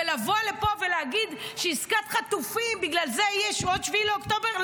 לבוא לפה ולהגיד שבגלל עסקת חטופים יש עוד 7 באוקטובר,